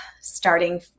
starting